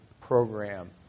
program